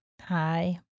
Hi